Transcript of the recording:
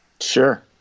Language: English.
Sure